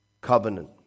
covenant